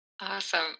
Awesome